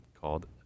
called